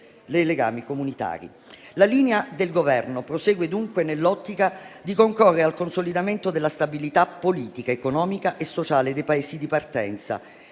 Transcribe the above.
dei legami comunitari. La linea del Governo prosegue dunque nell'ottica di concorrere al consolidamento della stabilità politica, economica e sociale dei Paesi di partenza.